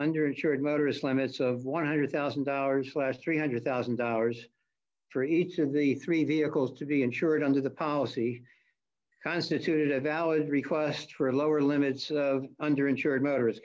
under insured motorists limits of one hundred thousand dollars last three hundred thousand dollars for each of the three vehicles to be insured under the policy constituted a valid request for a lower limits under insured motorists